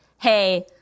hey